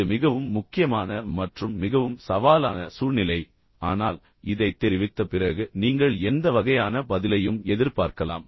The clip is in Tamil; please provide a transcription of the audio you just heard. இது மிகவும் முக்கியமான மற்றும் மிகவும் சவாலான சூழ்நிலை ஆனால் இதைத் தெரிவித்த பிறகு நீங்கள் எந்த வகையான பதிலையும் எதிர்பார்க்கலாம்